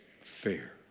fair